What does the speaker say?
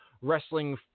wrestling